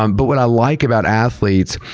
um but what i like about athletes,